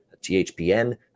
THPN